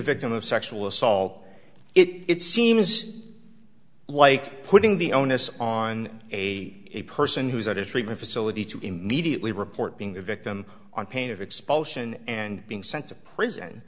victim of sexual assault it seems like putting the onus on a a person who's at a treatment facility to immediately report being the victim on pain of expulsion and being sent to prison